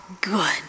good